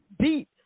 beat